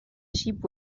sheep